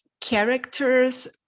characters